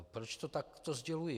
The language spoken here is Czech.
Proč to takto sděluji?